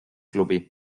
klubi